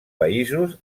països